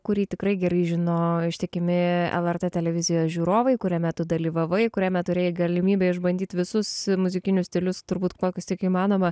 kurį tikrai gerai žino ištikimi lrt televizijos žiūrovai kuriame tu dalyvavai kuriame turėjai galimybę išbandyt visus muzikinius stilius turbūt kokius tik įmanoma